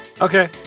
Okay